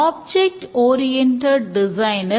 object oriented டிசைனில்